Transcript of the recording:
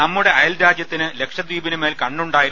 നമ്മുടെ അയൽരാജ്യത്തിന് ലക്ഷദ്ധീപിന് മേൽ കണ്ണുണ്ടായിരുന്നു